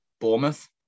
Bournemouth